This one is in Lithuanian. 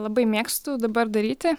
labai mėgstu dabar daryti